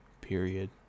Period